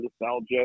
nostalgia